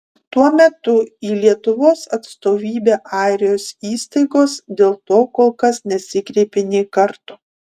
tuo metu į lietuvos atstovybę airijos įstaigos dėl to kol kas nesikreipė nė karto